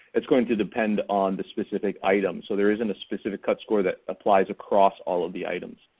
it's going to depend on the specific item so there isn't a specific cut score that applies across all of the items.